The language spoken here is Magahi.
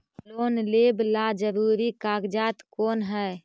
लोन लेब ला जरूरी कागजात कोन है?